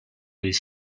les